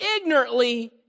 ignorantly